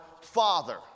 Father